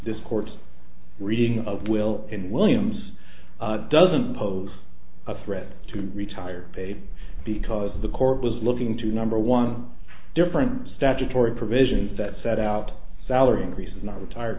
discords reading of will in williams doesn't pose a threat to retire paid because the court was looking to number one different statutory provisions that set out salary increases not retired